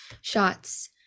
shots